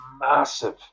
massive